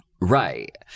Right